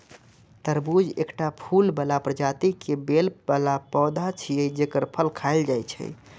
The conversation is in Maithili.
तरबूज एकटा फूल बला प्रजाति के बेल बला पौधा छियै, जेकर फल खायल जाइ छै